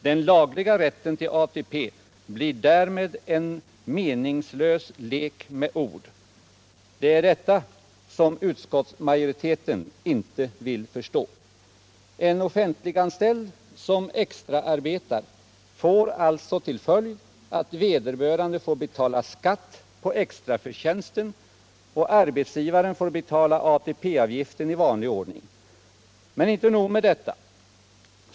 Den lagliga rätten till ATP blir därmed en meningslös lek med ord. Det är detta som utskottsmajoriteten inte vill förstå. När en offentliganställd extraarbetar blir följden alltså att han får betala skatt på extraförtjänsten, medan arbetsgivaren får bettala ATP-avgiften i vanlig ordning. Men inte nog med detta.